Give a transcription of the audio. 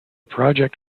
project